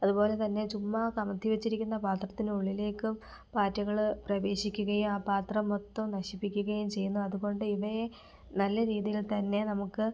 അതുപോലെതന്നെ ചുമ്മാ കമിഴ്ത്തി വെച്ചിരിക്കുന്ന പാത്രത്തിനുള്ളിലേക്കും പാറ്റകള് പ്രവേശിക്കുകയും ആ പാത്രം മൊത്തം നശിപ്പിക്കുകയും ചെയ്യുന്നു അതുകൊണ്ട് ഇവയെ നല്ല രീതിയിൽ തന്നെ നമുക്ക്